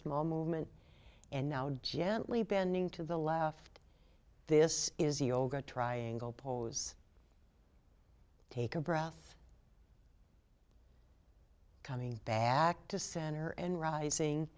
small movement and now gently bending to the left this is yoga triangle pose take a breath coming back to center and rising